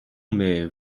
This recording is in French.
mais